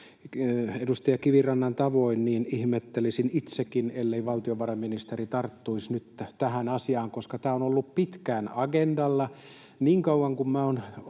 Edustaja Kivirannan tavoin ihmettelisin itsekin, ellei valtiovarainministeri tarttuisi nyt tähän asiaan, koska tämä on ollut pitkään agendalla. Niin kauan kuin minä olen